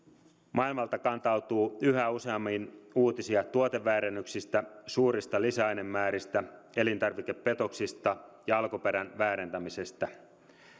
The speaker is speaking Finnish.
maailmalta kantautuu yhä useammin uutisia tuoteväärennyksistä suurista lisäainemääristä elintarvikepetoksista ja alkuperän väärentämisestä